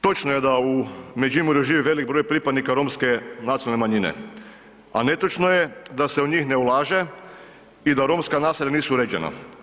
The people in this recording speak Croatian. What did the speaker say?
Točno je da u Međimurju živi velik broj pripadnika romske nacionalne manjine, a netočno je da se u njih ne ulaže i da romska naselja nisu uređena.